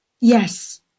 Yes